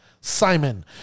Simon